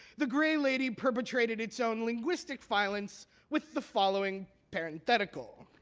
the gray lady perpetrated its own linguistic violence with the following parenthetical.